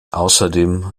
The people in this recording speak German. außerdem